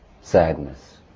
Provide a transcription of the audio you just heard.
sadness